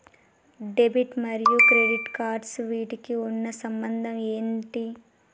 Debit మరియు credit cards వీటికి ఉన్న సంబంధం ఏంటి?